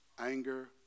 anger